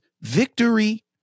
victory